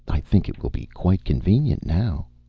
i think it will be quite convenient now.